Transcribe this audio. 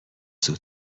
زود